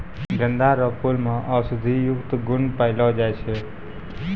गेंदा रो फूल मे औषधियुक्त गुण पयलो जाय छै